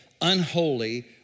Unholy